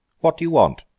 what do you want